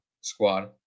squad